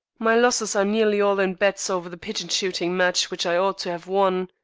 my losses are nearly all in bets over the pigeon-shooting match which i ought to have won.